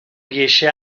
riesce